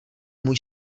můj